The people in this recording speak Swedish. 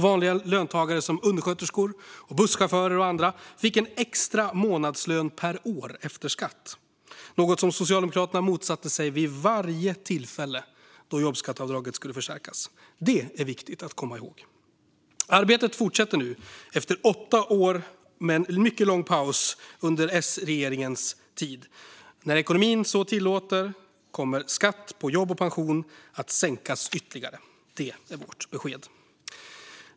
Vanliga löntagare som undersköterskor, busschaufförer och andra fick en extra månadslön per år efter skatt, något som Socialdemokraterna motsatte sig vid varje tillfälle då jobbskatteavdraget skulle förstärkas. Det är viktigt att komma ihåg. Arbetet fortsätter nu, efter en åtta år mycket lång paus under S-regeringens tid. När ekonomin så tillåter kommer skatten på jobb och pension att sänkas ytterligare. Det är vårt besked.